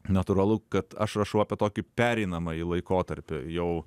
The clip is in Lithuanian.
natūralu kad aš rašau apie tokį pereinamąjį laikotarpį jau